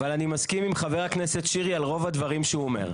אבל אני מסכים עם חבר הכנסת שירי על רוב הדברים שהוא אומר.